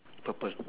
purple